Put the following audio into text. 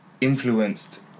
influenced